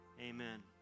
Amen